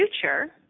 future